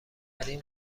این